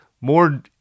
more